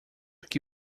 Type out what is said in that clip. que